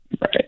Right